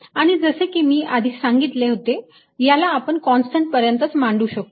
आणि जसे कि मी आधी सांगितले होते याला आपण कॉन्स्टंट पर्यंतच मांडू शकतो